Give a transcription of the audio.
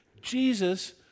Jesus